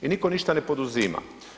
I nitko ništa ne poduzima.